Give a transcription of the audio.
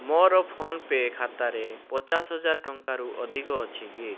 ମୋର ଫୋନ୍ପେ ଖାତାରେ ପଚାଶହଜାର ଟଙ୍କାରୁ ଅଧିକ ଅଛି କି